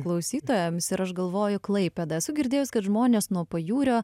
klausytojams ir aš galvoju klaipėda esu girdėjus kad žmonės nuo pajūrio